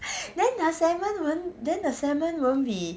then the salmon won't then the salmon won't be